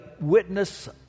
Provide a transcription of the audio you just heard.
witness